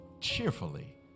cheerfully